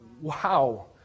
Wow